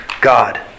God